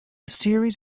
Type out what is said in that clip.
series